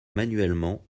manuellement